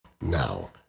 Now